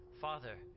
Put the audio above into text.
Father